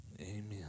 amen